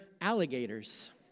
Alligators